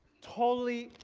totally,